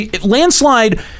landslide